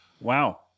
Wow